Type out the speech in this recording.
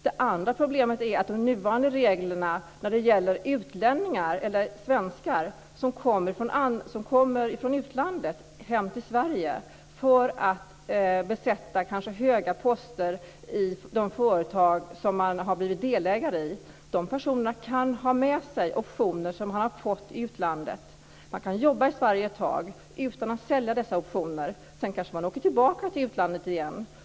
Det andra problemet är de nuvarande reglerna som gäller utlänningar eller svenskar som kommer hem till Sverige från utlandet för att kanske besätta höga poster i de företag som man har blivit delägare i. Dessa personer kan ha med sig optioner som de har fått i utlandet. De kan jobba i Sverige ett tag utan att sälja dessa optioner. Sedan åker de kanske tillbaka till utlandet igen.